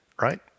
Right